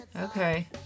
okay